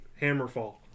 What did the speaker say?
Hammerfall